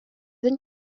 than